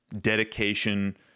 dedication